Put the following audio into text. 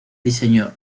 diseño